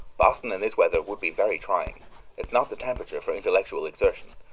boston in this weather would be very trying it's not the temperature for intellectual exertion.